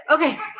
Okay